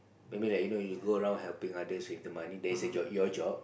maybe like you know you go around helping others with the money that's a job your job